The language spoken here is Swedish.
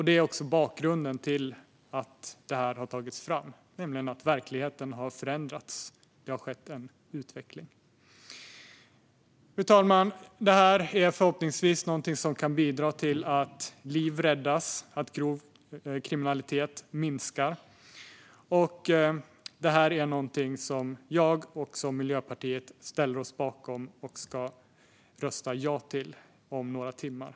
Det är också bakgrunden till att det här har tagits fram: Verkligheten har förändrats. Det har skett en utveckling. Fru talman! Det här är förhoppningsvis någonting som kan bidra till att liv räddas och att grov kriminalitet minskar. Det är någonting som jag och Miljöpartiet ställer oss bakom och ska rösta ja till här i kammaren om några timmar.